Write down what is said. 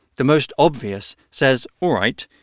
the most obvious, says, all right,